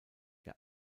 der